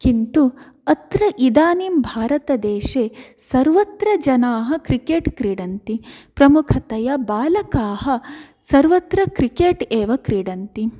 किन्तु अत्र इदानीं भारतदेशे सर्वत्र जनाः क्रिकेट् क्रीडन्ति प्रमुखतया बालकाः सर्वत्र क्रिकेट् एव क्रीडन्ति